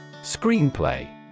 Screenplay